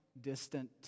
distant